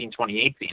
2018